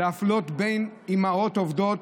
להפלות בין אימהות עובדות